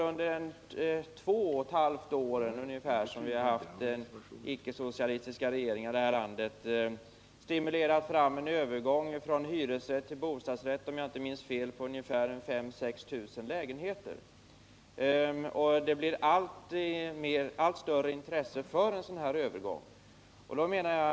Under de ca två och ett halvt år som vi haft icke-socialistiska regeringar i det här landet har vi stimulerat fram en övergång från hyresrätt till bostadsrätt för ungefär — om jag inte minns fel — 5 000-6 000 lägenheter. Det blir ett allt större intresse för en sådan övergång.